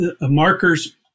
markers